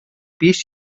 pis